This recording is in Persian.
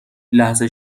لحظه